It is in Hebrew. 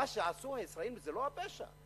מה שעשו הישראלים זה לא הפשע.